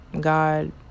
God